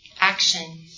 Action